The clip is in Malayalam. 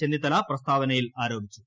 ചെന്നിത്തല് പ്രസ്താവനയിൽ ആരോപിച്ചു